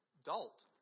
adult